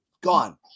Gone